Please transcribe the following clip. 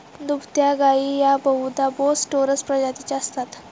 दुभत्या गायी या बहुधा बोस टोरस प्रजातीच्या असतात